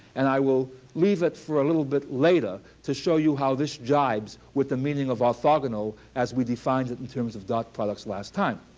and i will leave it for a little bit later to show you how this jibes with the meaning of orthogonal as we defined it in terms of dot products last time.